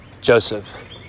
joseph